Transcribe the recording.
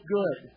good